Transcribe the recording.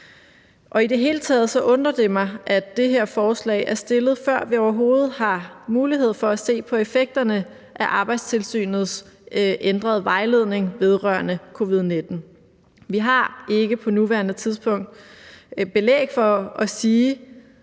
I det hele taget undrer det mig, at det her forslag er fremsat, før vi overhovedet har haft mulighed for at se på effekterne af Arbejdstilsynets ændrede vejledning vedrørende covid-19. Vi har ikke på nuværende tidspunkt belæg for at sige,